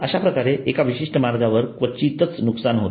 अश्या प्रकारे एका विशिष्ट मार्गावर क्वचितच नुकसान होते